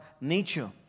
nature